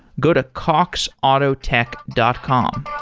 go to coxautotech dot com.